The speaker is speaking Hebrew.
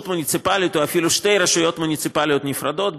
מוניציפלית או אפילו שתי רשויות מוניציפליות נפרדות.